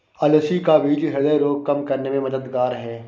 अलसी का बीज ह्रदय रोग कम करने में मददगार है